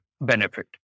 benefit